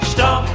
Stop